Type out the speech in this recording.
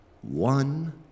one